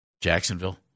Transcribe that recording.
Jacksonville